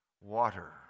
Water